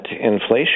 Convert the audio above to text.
inflation